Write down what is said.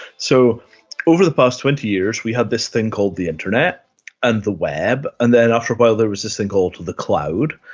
so over the past twenty years we had this thing called the internet and the web, and then after a while there was this thing called the cloud.